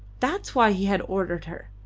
that's why he had ordered her,